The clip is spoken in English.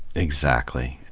exactly.